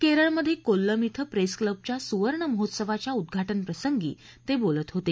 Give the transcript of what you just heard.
केरळमध्ये कोल्लम श्रे प्रेस क्लबच्या सुवर्ण महोत्सवाच्या उद्घाटनप्रसंगी ते बोलत होते